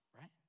right